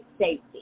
safety